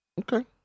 Okay